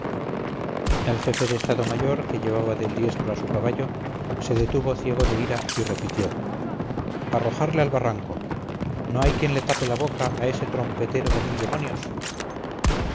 el jefe de estado mayor que llevaba del diestro a su caballo se detuvo ciego de ira y repitió arrojarle al barranco no hay quien le tape la boca a ese trompetero de mil demonios